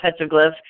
petroglyphs